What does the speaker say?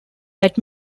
that